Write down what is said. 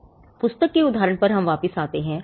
इसलिए पुस्तक में उदाहरण पर वापस आते हैं